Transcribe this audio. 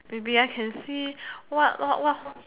maybe I can see what what what